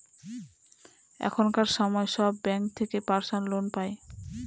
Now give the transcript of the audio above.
এখনকার সময় সব ব্যাঙ্ক থেকে পার্সোনাল লোন পাই